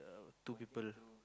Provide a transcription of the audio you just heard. two people